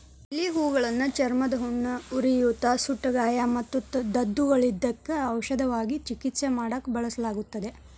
lily ಹೂಗಳನ್ನ ಚರ್ಮದ ಹುಣ್ಣು, ಉರಿಯೂತ, ಸುಟ್ಟಗಾಯ ಮತ್ತು ದದ್ದುಗಳಿದ್ದಕ್ಕ ಔಷಧವಾಗಿ ಚಿಕಿತ್ಸೆ ಮಾಡಾಕ ಬಳಸಲಾಗುತ್ತದೆ